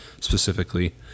specifically